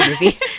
movie